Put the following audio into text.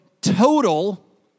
total